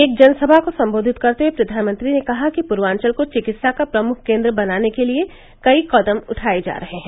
एक जनसभा को संबोधित करते हुए प्रधानमंत्री ने कहा कि पूर्वांचल को चिकित्सा का प्रमुख केन्द्र बनाने के लिए कई कदम उठाए जा रहे हैं